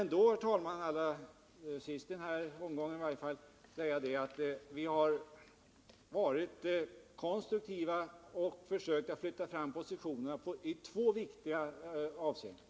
Jag vill avsluta i varje fall den här omgången med att säga att vi ändå varit konstruktiva och kunnat flytta fram positionerna i två viktiga Om Svenska musiavseenden.